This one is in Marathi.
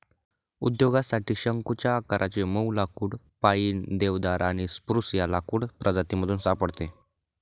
उद्योगासाठी शंकुच्या आकाराचे मऊ लाकुड पाईन, देवदार आणि स्प्रूस या लाकूड प्रजातीमधून सापडते